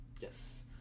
Yes